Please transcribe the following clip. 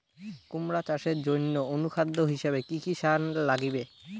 কুমড়া চাষের জইন্যে অনুখাদ্য হিসাবে কি কি সার লাগিবে?